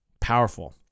Powerful